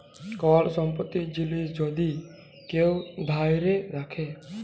call সম্পত্তির জিলিস যদি কেউ ধ্যইরে রাখে